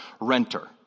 renter